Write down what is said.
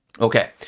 Okay